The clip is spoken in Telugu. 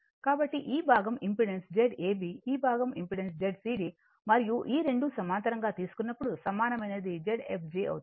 కాబట్టి ఇది ఈ భాగం ఇంపెడెన్స్ Zab ఈ భాగం ఇంపెడెన్స్ Zcd మరియు ఈ రెండు సమాంతరంగా తీసుకున్నప్పుడు సమానమైనది Zfg అవుతుంది